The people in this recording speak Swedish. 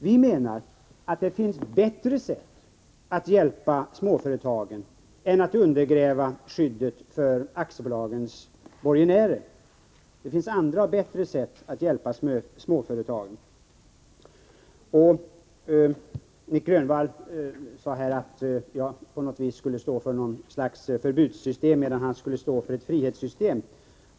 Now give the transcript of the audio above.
Jag menar att det finns andra och bättre sätt att hjälpa småföretagen än att undergräva skyddet för aktiebolagens borgenärer. Nic Grönvall sade att jag skulle stå för något slags förbudssystem medan han skulle stå för ett frihetssystem.